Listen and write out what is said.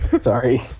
Sorry